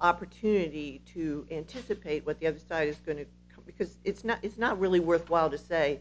opportunity to anticipate what the other side is going to come because it's not it's not really worthwhile to say